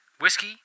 whiskey